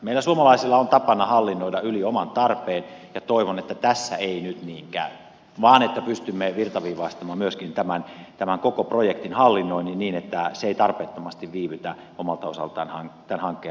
meillä suomalaisilla on tapana hallinnoida yli oman tarpeen ja toivon että tässä ei nyt niin käy vaan pystymme virtaviivaistamaan myöskin tämän koko projektin hallinnoinnin niin että se ei tarpeettomasti viivytä omalta osaltaan tämän hankkeen rakentamista